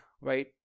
right